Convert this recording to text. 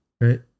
Right